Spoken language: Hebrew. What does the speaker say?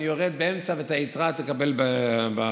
אני ארד באמצע ואת היתרה תקבל בסטנוגרמה.